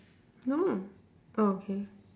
no oh okay